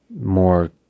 more